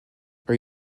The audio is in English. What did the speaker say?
are